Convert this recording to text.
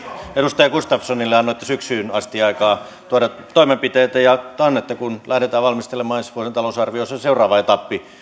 edustaja gustafssonille annoitte syksyyn asti aikaa tuoda toimenpiteitä ja totta on että kun lähdetään valmistelemaan ensi vuoden talousarviota se on seuraava etappi